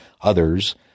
others